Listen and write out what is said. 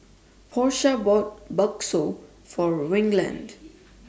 Porsha bought Bakso For Reginald